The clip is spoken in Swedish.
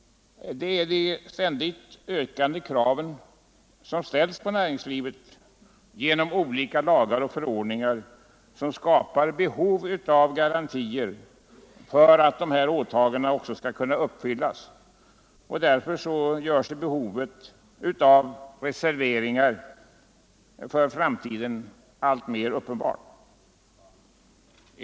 Det är de ständigt ökande kraven som ställs på näringslivet genom olika lagar och förordningar som skapar behov av garantier för att de här åtagandena också skall kunna uppfyllas. Därför blir behovet av reservationer för framtiden alltmer uppenbart.